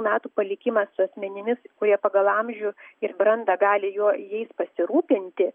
metų palikimas asmenimis kurie pagal amžių ir brandą gali jo jais pasirūpinti